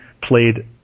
played